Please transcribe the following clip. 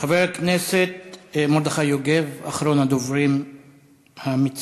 חבר הכנסת מרדכי יוגב, אחרון הדוברים המציגים.